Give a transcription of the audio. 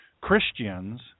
Christians